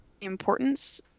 importance